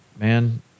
man